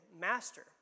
Master